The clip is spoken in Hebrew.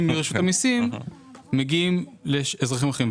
-- גם מענקים שמשולמים מרשות המסים מגיעים לאזרחים אחרים.